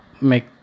make